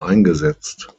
eingesetzt